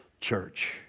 church